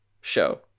show